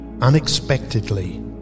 unexpectedly